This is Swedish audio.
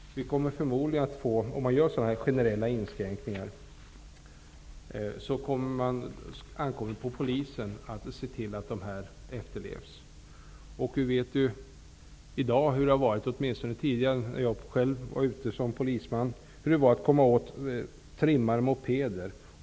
Om det införs generella inskränkningar, ankommer det på polisen att se till att dessa efterlevs. Jag vet ju hur det var när jag själv var ute som polisman hur svårt det var att komma åt trimmade mopeder.